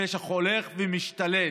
הפשע הולך ומשתלט,